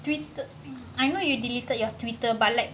tweeted I know you deleted you have twitter but like